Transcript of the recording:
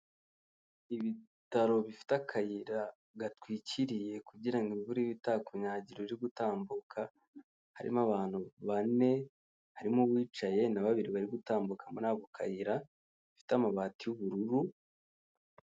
Ibitaro bifite akayira gatwikiriye kugira imvura ibe itakunyagira uri gutambuka harimo abantu bane harimo uwicaye na babiri bari gutambuka muri ako kayira; ifite amabati y'ubururu.